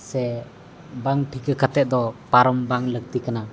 ᱥᱮ ᱵᱟᱝ ᱴᱷᱤᱠᱟᱹ ᱠᱟᱛᱮᱫ ᱫᱚ ᱯᱟᱨᱚᱢ ᱵᱟᱝ ᱞᱟᱹᱠᱛᱤ ᱠᱟᱱᱟ